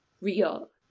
real